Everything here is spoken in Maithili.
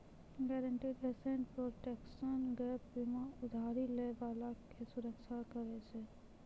गारंटीड एसेट प्रोटेक्शन गैप बीमा उधारी लै बाला के सुरक्षा करै छै